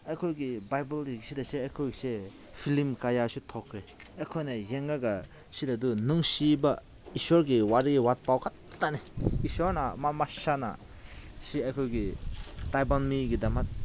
ꯑꯩꯈꯣꯏꯒꯤ ꯕꯥꯏꯕꯜꯗꯒꯤ ꯁꯤꯗꯁꯦ ꯑꯩꯈꯣꯏꯁꯦ ꯐꯤꯂꯝ ꯀꯌꯥꯁꯨ ꯊꯣꯛꯈ꯭ꯔꯦ ꯑꯩꯈꯣꯏꯅ ꯌꯦꯡꯉꯒ ꯁꯤꯗꯗꯨ ꯅꯨꯡꯁꯤꯕ ꯏꯁꯣꯔꯒꯤ ꯋꯥꯔꯤ ꯋꯥꯄꯥꯎ ꯈꯛꯇꯅꯦ ꯏꯁꯣꯔꯅ ꯃꯥ ꯃꯁꯥꯅ ꯁꯤ ꯑꯩꯈꯣꯏꯒꯤ ꯇꯥꯏꯕꯪ ꯃꯤꯒꯤꯗꯃꯛ